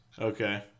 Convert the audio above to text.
Okay